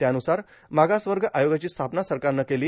त्यान्रसार मागास वर्ग आयोगाची स्थापना सरकारनं केली